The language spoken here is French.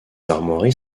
armoiries